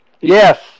Yes